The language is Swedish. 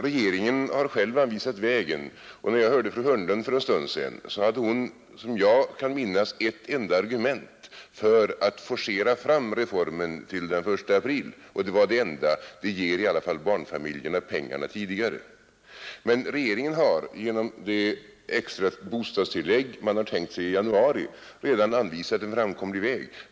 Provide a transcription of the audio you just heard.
Regeringen har själv anvisat vägen, När jag hörde fru Hörnlund för en stund sedan hade hon, så vitt jag kan minnas, ett enda argument för att forcera fram reformen till den 1 april: det ger i alla fall barnfamiljerna pengarna tidigare. Men regeringen har genom det extra bostadstillägg, som man har tänkt sig skall utgå i januari, redan anvisat en framkomlig väg.